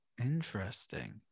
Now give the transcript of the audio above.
Interesting